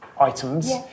items